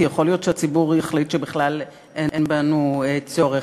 כי יכול להיות שהציבור יחליט שבכלל אין בנו צורך.